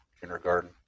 kindergarten